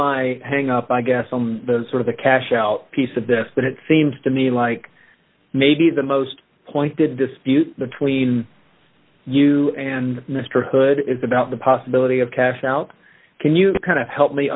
my hang up i guess i'm sort of a cash out piece of this but it seems to me like maybe the most pointed dispute between you and mr hood is about the possibility of cash out can you kind of help me